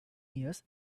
years